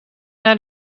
naar